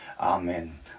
Amen